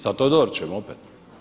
Sa Todorićem opet.